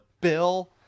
Bill